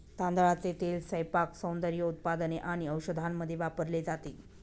तांदळाचे तेल स्वयंपाक, सौंदर्य उत्पादने आणि औषधांमध्ये वापरले जाते